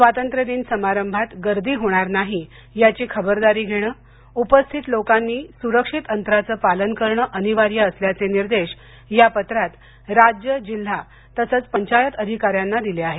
स्वातंत्र्य दिन समारंभात गर्दी होणार नाही याची खबरदारी घेणं उपस्थित लोकांनी सुरक्षित अंतराचं पालन करणं अनिवार्य असल्याचे निर्देश या पत्रात राज्य जिल्हा तसंच पंचायत अधिकाऱ्यांना दिले आहेत